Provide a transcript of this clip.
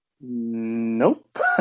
Nope